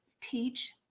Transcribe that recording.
teach